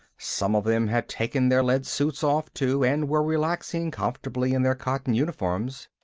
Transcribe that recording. some of them had taken their lead suits off, too, and were relaxing comfortably in their cotton uniforms.